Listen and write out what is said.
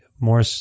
more